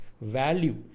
Value